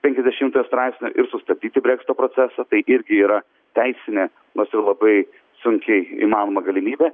penkiasdešimtojo straipsnio ir sustabdyti breksito procesą tai irgi yra teisinė nors ir labai sunkiai įmanoma galimybė